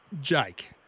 Jake